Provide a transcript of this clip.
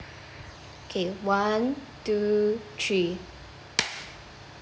okay one two three